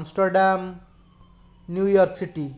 Amsterdam New York city